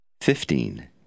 Fifteen